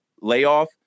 layoff